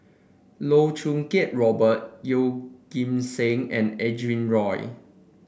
Loh Choo Kiat Robert Yeoh Ghim Seng and Adrin Loi